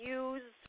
use